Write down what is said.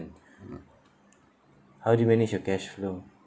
how do you manage your cash flow